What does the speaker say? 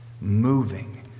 moving